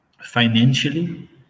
Financially